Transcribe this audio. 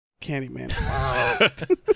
Candyman